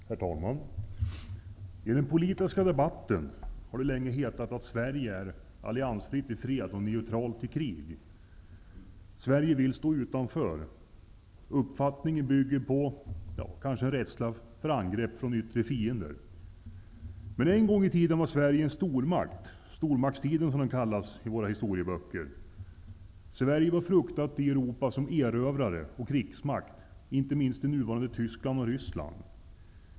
Herr talman! I den politiska debatten har det länge hetat att Sverige är alliansfritt i fred och neutralt i krig. Sverige vill stå utanför. Uppfattningen bygger kanske på rädsla för angrepp från yttre fiender. Men en gång i tiden var Sverige en stormakt, stormaktstiden, som den kallas i våra historieböcker. Sverige var fruktat i Europa som erövrare och krigsmakt, inte minst i nuvarande Tyskland och Ryssland.